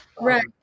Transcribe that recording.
Right